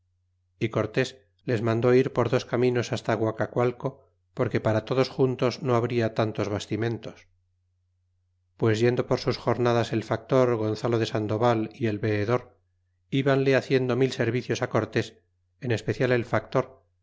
y cortés les mandó ir por dos caminos hasta guacacualco porque para todos juntos no habria tantos bastimentos pues yendo por sus jornadas el factor gonzalo de sandoval y el veedor ibanle haciendo mil servicios cortés en especial el factor